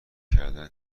کردن